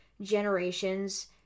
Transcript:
generations